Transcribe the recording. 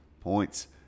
points